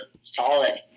solid